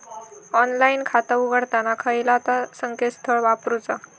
Online खाता उघडताना खयला ता संकेतस्थळ वापरूचा?